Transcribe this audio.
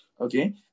Okay